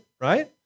right